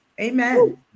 Amen